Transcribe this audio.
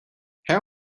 how